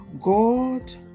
god